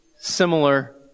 similar